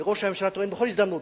וראש הממשלה טוען בכל הזדמנות,